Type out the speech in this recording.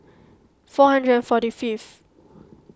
four hundred and forty fifth